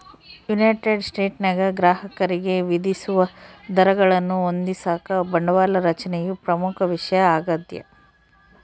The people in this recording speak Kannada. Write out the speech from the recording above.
ಯುನೈಟೆಡ್ ಸ್ಟೇಟ್ಸ್ನಾಗ ಗ್ರಾಹಕರಿಗೆ ವಿಧಿಸುವ ದರಗಳನ್ನು ಹೊಂದಿಸಾಕ ಬಂಡವಾಳ ರಚನೆಯು ಪ್ರಮುಖ ವಿಷಯ ಆಗ್ಯದ